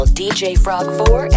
djfrog4